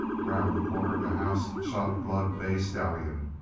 round the corner of the house shot a blood-bay stallion,